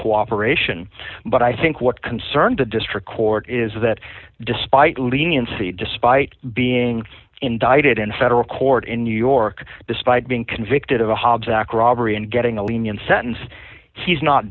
cooperation but i think what concerned the district court is that despite leniency despite being indicted in federal court in new york despite being convicted of a hobbs act robbery and getting a lenient sentence he's not